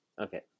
okay